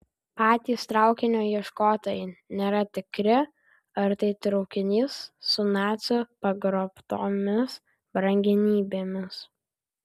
patys traukinio ieškotojai nėra tikri ar tai traukinys su nacių pagrobtomis brangenybėmis